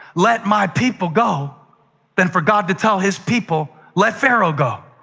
let my people go than for god to tell his people, let pharaoh go.